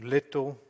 Little